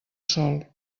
sol